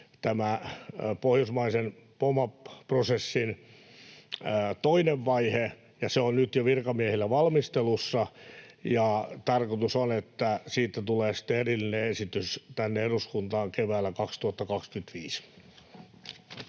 pohjoismaisen POMA-prosessin toinen vaihe, ja se on nyt jo virkamiehillä valmistelussa. Tarkoitus on, että siitä tulee sitten erillinen esitys tänne eduskuntaan keväällä 2025.